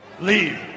Leave